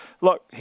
look